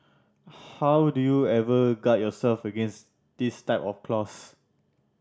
how do you ever guard yourself against this type of clause